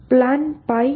plan એ એકશન્સનો ક્રમ છે